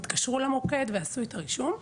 התקשרו למוקד ועשו את הרישום.